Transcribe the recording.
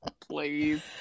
please